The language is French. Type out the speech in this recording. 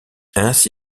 ainsi